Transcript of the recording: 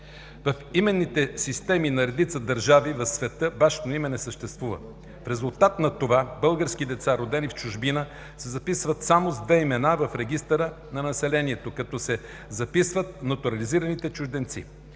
В именните системи на редица държави в света бащино име не съществува. В резултат на това български деца, родени в чужбина, се записват само с две имена в Регистъра на населението, като се записват натурализираните чужденци.